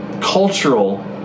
cultural